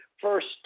first